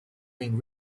being